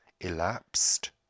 elapsed